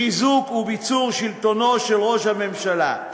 חיזוק וביצור שלטונו של ראש הממשלה,